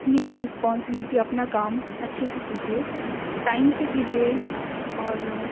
اپنی رسپانسلٹی اپنا کام اچھے سے کیجیے ٹائم سے کیجیے اور